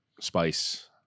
Spice